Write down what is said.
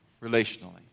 relationally